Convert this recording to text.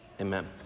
Amen